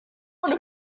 want